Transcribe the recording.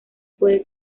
puede